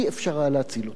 לא היה אפשר להציל אותו.